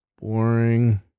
Boring